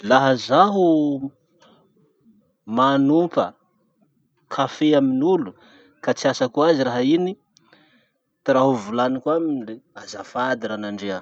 Laha zaho manompa kafe aminolo ka tsy asako azy raha iny, ty raha ho volaniko aminy de azafady ranandria.